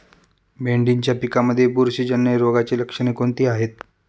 भेंडीच्या पिकांमध्ये बुरशीजन्य रोगाची लक्षणे कोणती आहेत?